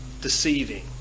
deceiving